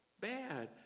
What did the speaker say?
bad